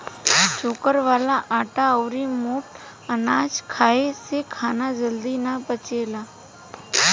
चोकर वाला आटा अउरी मोट अनाज खाए से खाना जल्दी ना पचेला